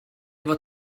fod